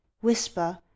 Whisper